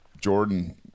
jordan